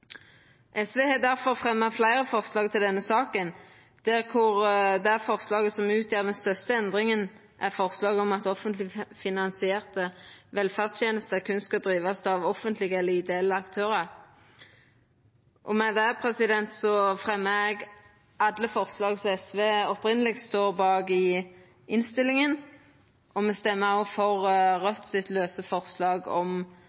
SV har difor fremja fleire forslag til denne saka, der forslaget som utgjer den største endringa, er forslaget om at offentleg finansierte velferdstenester berre skal drivast av offentlege eller ideelle aktørar. Med det tek eg opp alle forslaga som SV har i innstillinga. Me stemmer òg for Raudts lause forslag om